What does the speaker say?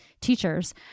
teachers